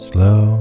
Slow